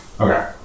Okay